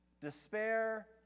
despair